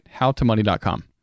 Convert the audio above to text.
howtomoney.com